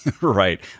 right